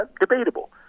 debatable